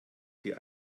die